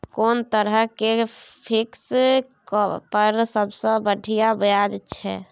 कोन तरह के फिक्स पर सबसे बढ़िया ब्याज छै?